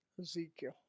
Ezekiel